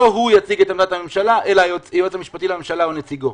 לא הוא יציג את עמדת הממשלה אלא היועץ המשפטי לממשלה או נציגו?